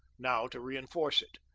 now to reenforce it.